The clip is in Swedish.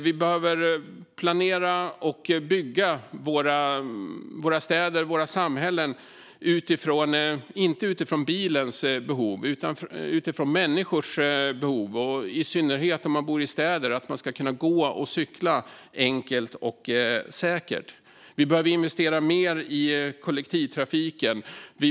Vi behöver planera och bygga våra städer och våra samhällen inte utifrån bilens behov utan utifrån människors behov. I synnerhet ska man i städer kunna gå och cykla enkelt och säkert. Vi behöver investera mer i kollektivtrafiken.